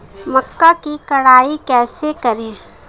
मक्का की कटाई कैसे करें?